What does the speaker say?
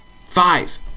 five